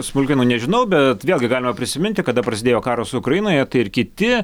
smulkmenų nežinau bet vėlgi galima prisiminti kada prasidėjo karas ukrainoje tai ir kiti